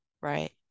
right